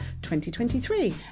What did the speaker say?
2023